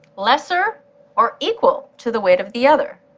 lesser or equal to the weight of the other.